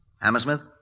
Hammersmith